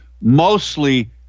mostly